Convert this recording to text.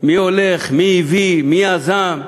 מי הולך, מי הביא, מי יזם.